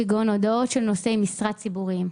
כגון הודעות של נושאי משרה ציבוריים.